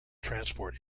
transport